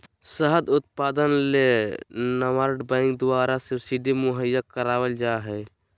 शहद उत्पादन ले नाबार्ड बैंक द्वारा सब्सिडी मुहैया कराल जा हय